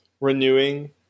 renewing